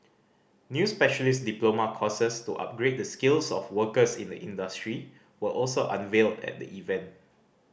new specialist diploma courses to upgrade the skills of workers in the industry were also unveiled at the event